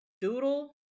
doodle